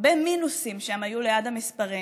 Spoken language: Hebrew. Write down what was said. הרבה מינוסים היו ליד המספרים.